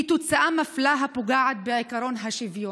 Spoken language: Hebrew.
היא תוצאה מפלה הפוגעת בעקרון השוויון".